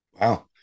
wow